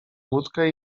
łódkę